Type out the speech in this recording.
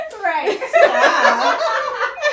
Right